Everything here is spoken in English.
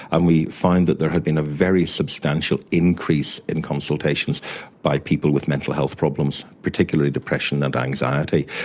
and we found that there had been a very substantial increase in consultations by people with mental health problems, particularly depression and anxiety.